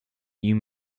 you